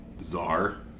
Czar